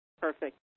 Perfect